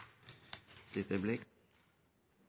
dette blir